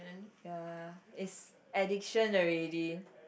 ya it's addiction already